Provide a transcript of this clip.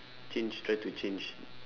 change try to change